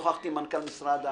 שוחחתי עם מנכ"ל משרד האנרגיה.